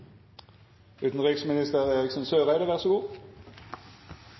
utenriksminister Eriksen Søreide